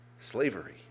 Slavery